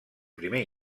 primer